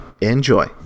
enjoy